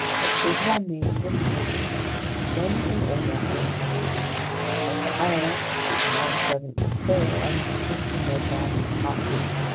i stated our names and titles then, in order, i introduced professor aronnax, his manservant conseil, and mr. ned land, harpooner.